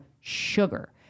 sugar